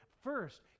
first